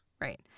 Right